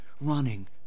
running